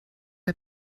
der